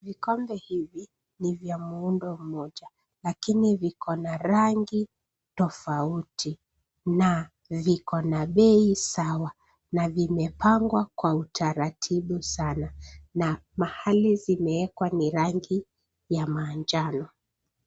Vikombe hivi ni vya muundo mmoja, lakini viko na rangi tofauti na viko na bei sawa na vimepangwa kwa utaratibu sana na mahali zimeekwa ni rangi ya maanjano.